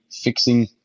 fixing